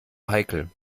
heikel